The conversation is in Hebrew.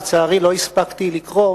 לצערי לא הספקתי לקרוא,